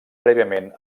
prèviament